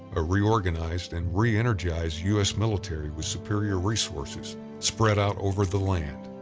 a reorganized and re-energized u s. military with superior resources spread out over the land.